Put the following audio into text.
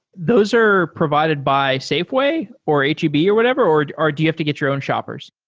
those are provided by safeway or h e b or whatever, or or do you have to get your own shoppers?